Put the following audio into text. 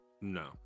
No